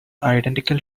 identical